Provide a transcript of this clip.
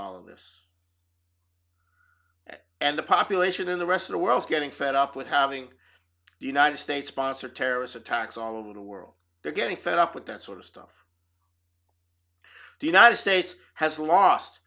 all of this and the population in the rest of the world is getting fed up with having the united states sponsored terrorist attacks on the world they're getting fed up with that sort of stuff the united states has lost